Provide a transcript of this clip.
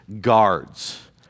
guards